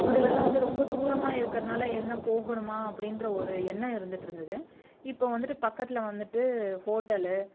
முதலெல்லாம் வந்து ரொம்ப தூரமாக இருக்கறதுனால என்ன போகணுமா அப்படின்ற ஒரு எண்ணம் இருந்துட்டு இருந்தது இப்போ வந்துவிட்டு பக்கத்தில் வந்துவிட்டு ஹோட்டலு